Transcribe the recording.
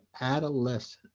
adolescent